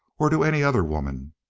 or to any other woman!